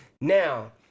Now